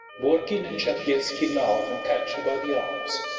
borkin and shabelski laugh and catch her by the arms.